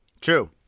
True